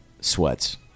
sweats